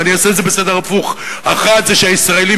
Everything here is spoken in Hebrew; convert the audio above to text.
ואני אעשה את זה בסדר הפוך: 1. שהישראלים